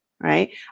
right